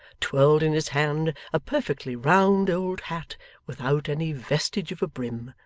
twirled in his hand a perfectly round old hat without any vestige of a brim,